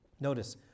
Notice